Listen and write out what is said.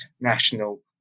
national